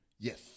Yes